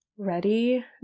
ready